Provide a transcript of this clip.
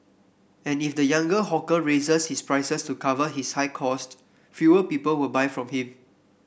and if the younger hawker raises his prices to cover his high cost fewer people will buy from him